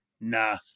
Nah